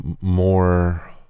more